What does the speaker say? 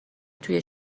توی